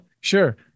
Sure